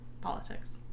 Politics